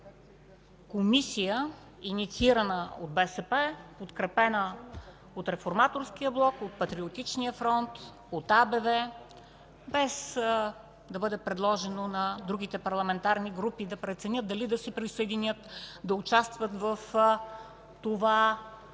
Комисия – инициирана от БСП, подкрепена от Реформаторския блок, от Патриотичния фронт, от АБВ, без да бъде предложено на другите парламентарни групи да преценят дали да се присъединят, да участват в това